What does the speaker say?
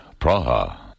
Praha